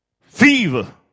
fever